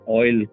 oil